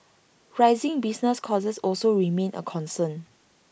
rising business costs also remain A concern